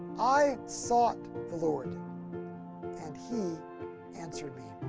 i sought the lord and he answered me.